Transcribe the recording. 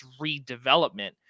redevelopment